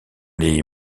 les